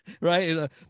right